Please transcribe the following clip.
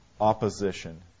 Opposition